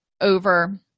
over